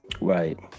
Right